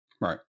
Right